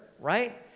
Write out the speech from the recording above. right